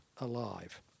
alive